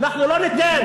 אנחנו לא ניתן.